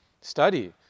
study